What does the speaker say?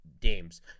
games